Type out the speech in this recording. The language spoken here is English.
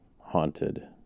haunted